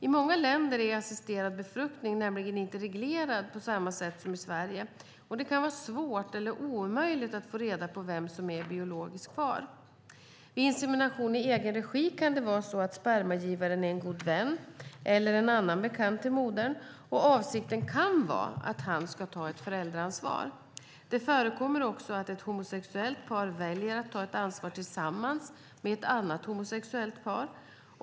I många länder är assisterad befruktning nämligen inte reglerad på samma sätt som i Sverige, och det kan vara svårt eller omöjligt att få reda på vem som är biologisk far. Vid insemination i egen regi kan det vara så att spermagivaren är en god vän eller annan bekant till modern, och avsikten kan vara att han ska ta ett föräldraansvar. Det förekommer också att ett homosexuellt par väljer att ta ett ansvar tillsammans med ett annat homosexuellt par.